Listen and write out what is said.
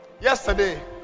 Yesterday